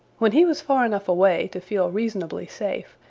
when he was far enough away to feel reasonably safe,